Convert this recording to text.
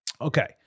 Okay